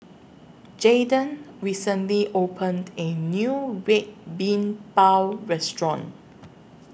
Jayden recently opened A New Red Bean Bao Restaurant